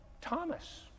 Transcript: Thomas